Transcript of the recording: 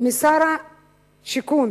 משר השיכון